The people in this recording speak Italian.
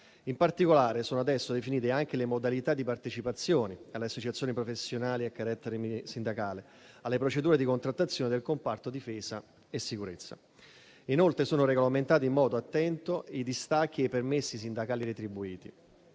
In particolare, sono adesso definite anche le modalità di partecipazione alle associazioni professionali a carattere sindacale e alle procedure di contrattazione del comparto difesa e sicurezza. Inoltre sono regolamentati in modo attento i distacchi e i permessi sindacali retribuiti.